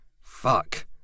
Fuck